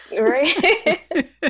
Right